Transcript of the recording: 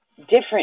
different